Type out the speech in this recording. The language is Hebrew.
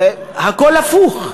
הכול הפוך.